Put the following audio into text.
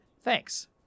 Thanks